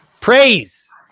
Praise